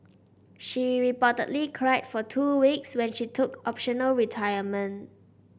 she reportedly cried for two weeks when she took optional retirement